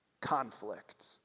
conflict